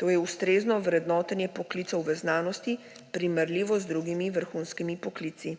to je ustrezno vrednotenje poklicev v znanosti, primerljivo z drugimi vrhunskimi poklici.